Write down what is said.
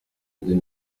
mijyi